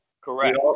Correct